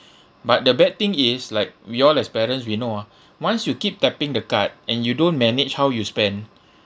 but the bad thing is like we all as parents we know ah once you keep tapping the card and you don't manage how you spend